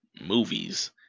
movies